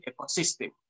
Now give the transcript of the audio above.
ecosystem